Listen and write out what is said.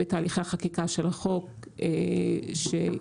בתהליכי החקיקה של החוק שהתקיימו